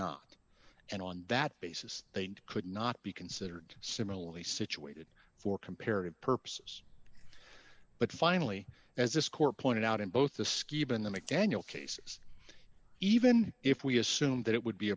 not and on that basis they could not be considered similarly situated for comparative purposes but finally as this court pointed out in both the ski even the mcdaniel cases even if we assume that it would be